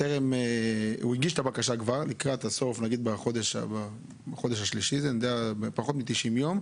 הוא הגיש ערר אחרי פחות מ-90 יום,